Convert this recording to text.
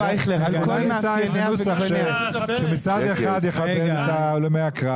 למצוא איזה נוסח שמצד אחד יכבד את הלומי הקרב